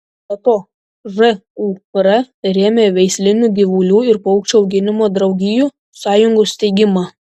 be to žūr rėmė veislinių gyvulių ir paukščių auginimo draugijų sąjungų steigimą